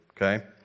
okay